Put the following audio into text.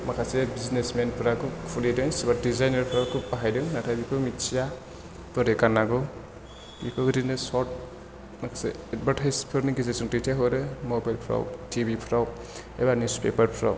माखासे बिजिनेसमेनफ्रा बेखौ खुलिदों माखासे डिजायनारफ्रा बेखौ बाहायदों नाथाय बेखौ मिथिया बोरै गान्नांगौ बेखौ ओरैनो सर्थ माखासे एडभार्टाइजफोरनि गेजेरजों दैथाय हरो मबाइलफ्राव टिभिफ्राव एबा निउज फेफारफ्राव